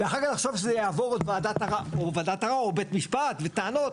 ואחר כך לחשוב שזה יעבור ועדת ערר או בית משפט וטענות.